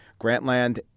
Grantland